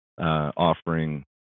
offering